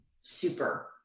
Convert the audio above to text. super